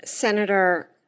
Senator